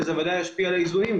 וזה דבר שבוודאי ישפיע על האיזונים.